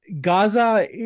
Gaza